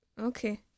Okay